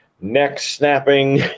neck-snapping